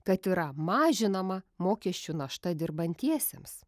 kad yra mažinama mokesčių našta dirbantiesiems